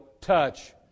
touch